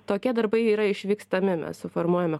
tokie darbai yra išvykstami mes suformuojame